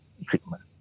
treatment